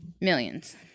millions